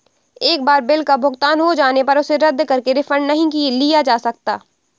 एक बार बिल का भुगतान हो जाने पर उसे रद्द करके रिफंड नहीं लिया जा सकता